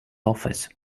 office